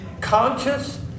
conscious